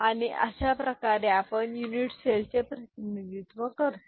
आणि अशाप्रकारे आपण युनिट सेलचे प्रतिनिधित्व करतो